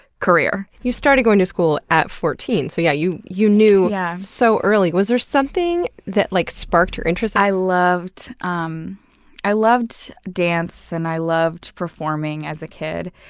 career. you started going to school at fourteen. so yeah you you knew yeah so early. was there something that like sparked your interest? i loved um i loved dance, and i loved performing as a kid.